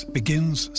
begins